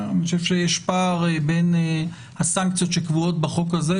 אני חושב שיש פער בין הסנקציות שקבועות בחוק הזה,